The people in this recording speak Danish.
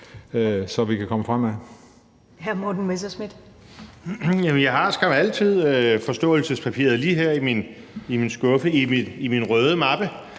Messerschmidt (DF): Jeg har skam altid forståelsespapiret lige her i min skuffe i min røde mappe,